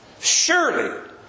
surely